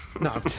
No